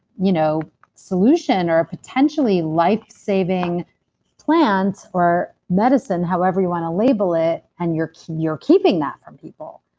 you know solution, or potentially life-saving plants or medicine, however you wanna label it, and you're keeping you're keeping that from people.